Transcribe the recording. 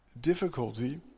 difficulty